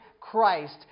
Christ